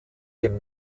dem